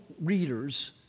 readers